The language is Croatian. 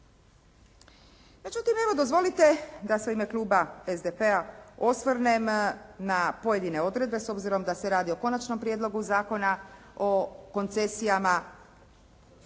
Međutim, evo dozvolite da se u ime kluba SDP-a osvrnem na pojedine odredbe s obzirom da se radi o Konačnom prijedlogu Zakona o koncesijama